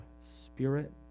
spirit